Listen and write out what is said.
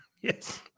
Yes